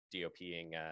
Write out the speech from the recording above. DOPing